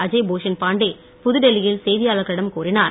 அஜய் பூஷண் பாண்டே புதுடெல்லியில் செய்தியாளர்களிடம் கூறினார்